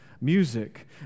music